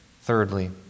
thirdly